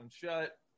shut